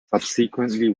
subsequently